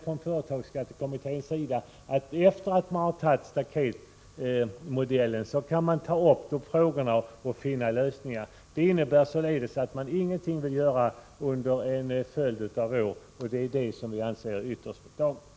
Företagsskattekommittén anför att sedan staketmodellen har antagits kan man ta upp de olika frågorna och finna lösningar. Men det innebär att man inte vill göra någonting under en följd av år. Och det är det som vi anser ytterst beklagligt.